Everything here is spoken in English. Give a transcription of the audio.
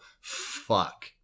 Fuck